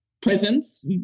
presence